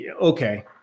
Okay